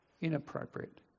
inappropriate